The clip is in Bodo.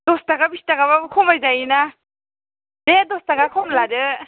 दस टाका बिस टाकाबाबो खमाय जायो ना दे दस टाका खम लादो